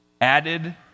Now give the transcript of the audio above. added